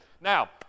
Now